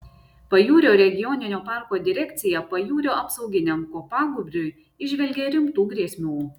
pajūrio regioninio parko direkcija pajūrio apsauginiam kopagūbriui įžvelgia rimtų grėsmių